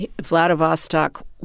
Vladivostok